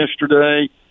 yesterday